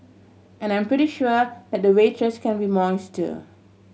and I'm pretty sure the waitress can be moist too